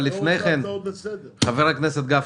אבל אתה יודע שיושב-ראש הוועדה שלך --- חבר הכנסת גפני,